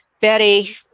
Betty